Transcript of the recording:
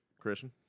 Christian